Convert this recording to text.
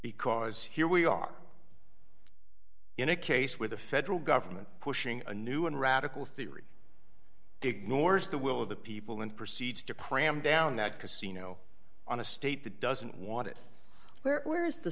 because here we are in a case where the federal government pushing a new and radical theory ignores the will of the people and proceeds to cram down that casino on a state that doesn't want it where where is the